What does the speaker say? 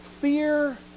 fear